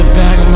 back